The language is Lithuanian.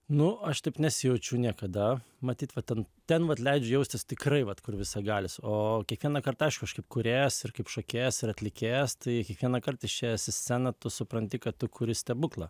nu aš taip nesijaučiu niekada matyt va ten ten vat leidžia jaustis tikrai vat kur visagalis o kiekvieną kartą aš kaip kūrėjas ir kaip šokėjas ir atlikėjas tai kiekvienąkart išėjęs į sceną tu supranti kad tu kuri stebuklą